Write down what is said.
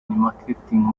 marketing